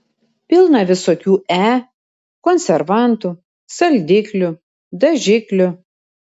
pilna visokių e konservantų saldiklių dažiklių